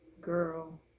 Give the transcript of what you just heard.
girl